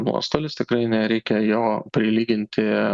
nuostolis tikrai nereikia jo prilyginti